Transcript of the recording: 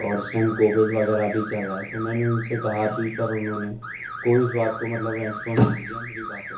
اور اس time Covid وغیرہ بھی چل رہا ہے تو میں نے ان سے کہا بھی پر انہوں نے کوئی اس بات کو مطلب ریسپونس نہیں کیا میری باتوں کا